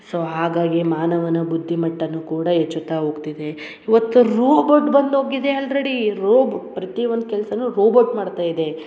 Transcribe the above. so ಹಾಗಾಗಿ ಮಾನವನ ಬುದ್ಧಿಮಟ್ಟವೂ ಕೂಡ ಹೆಚ್ಚುತಾ ಹೋಗ್ತಿದೆ ಇವತ್ತು ರೋಬೊಟ್ ಬಂದು ಹೋಗಿದೆ ಆಲ್ರೆಡಿ ರೋಬ್ ಪ್ರತಿ ಒಂದು ಕೆಲ್ಸವೂ ರೋಬೊಟ್ ಮಾಡ್ತಾ ಇದೆ